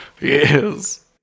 Yes